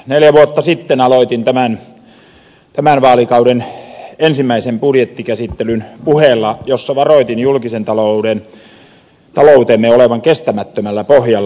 neljä vuotta sitten aloitin tämän vaalikauden ensimmäisen budjettikäsittelyn puheella jossa varoitin julkisen taloutemme olevan kestämättömällä pohjalla